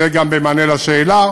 זה גם במענה על שאלה.